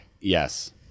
yes